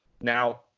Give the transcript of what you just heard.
Now